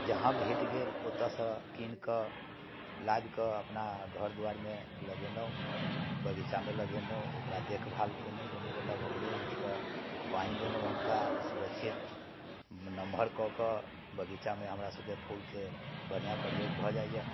जहाँ भेट गेल ओतऽ सँ कीनकऽ लाबिके अपना घर दुआरिमे लगेलहुँ बगीचामे लगेलहुँ ओकरा देख भाल कयलहुँ दुनू गोटा भोरे उठिके पानि देलहुँ हुनका सुरक्षित नमहर कऽ के बगीचामे हमरा सबके फूलके बढ़िआँ प्रयोग भऽ जाइया